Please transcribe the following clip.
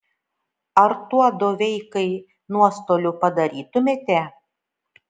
ar tuo doveikai nuostolių padarytumėte